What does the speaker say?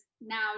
now